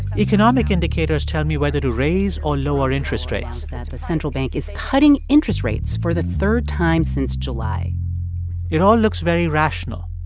economic indicators tell me whether to raise or lower interest rates the central bank is cutting interest rates for the third time since july it all looks very rational,